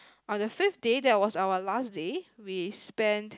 on the five day that was our last day we spent